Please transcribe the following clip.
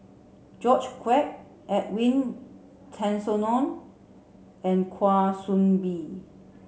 George Quek Edwin Tessensohn and Kwa Soon Bee